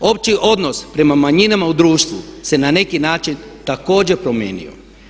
Opći odnos prema manjinama u društvu se na neki način također promijenio.